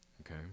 Okay